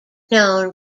known